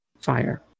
fire